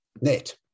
net